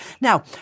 Now